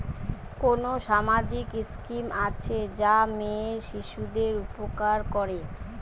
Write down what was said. কোন সামাজিক স্কিম আছে যা মেয়ে শিশুদের উপকার করে?